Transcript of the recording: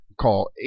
call